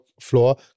floor